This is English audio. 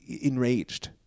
enraged